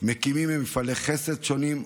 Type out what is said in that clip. מקימים מפעלי חסד שונים,